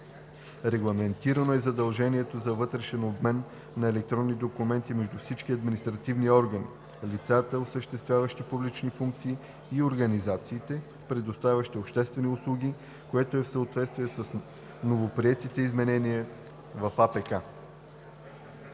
Регламентирано е задължението за вътрешен обмен на електронни документи между всички административни органи, лицата, осъществяващи публични функции, и организациите, предоставящи обществени услуги, което е в съответствие с новоприетите изменения в АПК.